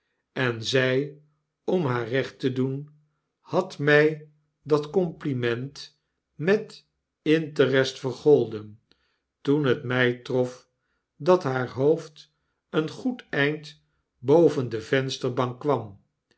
en zy om haar recht te doen had mij dat compliment met interest vergolden toen het my trof dat haar hoofd een goed eind boven de vensterbank kwam